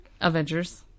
Avengers